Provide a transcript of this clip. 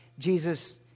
Jesus